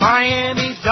Miami